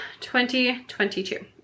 2022